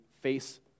face